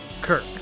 Kirk